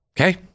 okay